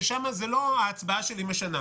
ששם לא ההצבעה שלי משנה.